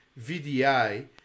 VDI